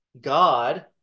God